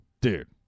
Dude